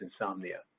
insomnia